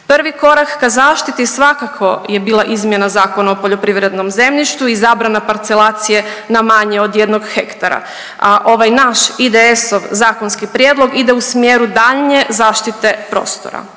Prvi korak ka zaštiti svakako je bila izmjena zakona o poljoprivrednom zemljištu i zabrana parcelacije na manje od 1 hektara, a ovaj naš IDS-ov zakonski prijedlog ide u smjeru daljnje zaštite prostora